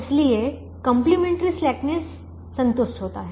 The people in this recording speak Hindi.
इसलिए कंप्लीमेंट्री स्लेकनेस संतुष्ट होता है